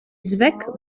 zweck